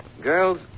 Girls